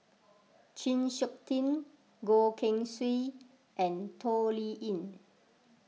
Chng Seok Tin Goh Keng Swee and Toh Liying